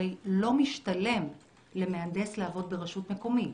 הרי לא משתלם למהנדס לעבוד ברשות מקומית,